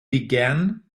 began